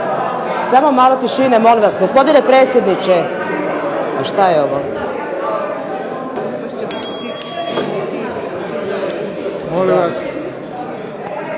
Samo malo tišine molim vas! Gospodine predsjedniče šta je ovo? **Bebić,